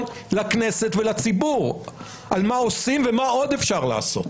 לכנסת ולציבור על מה עושים ומה עוד אפשר לעשות.